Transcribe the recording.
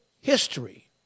history